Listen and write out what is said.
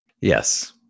Yes